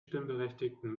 stimmberechtigten